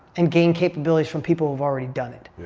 and gain capabilities from people who have already done it.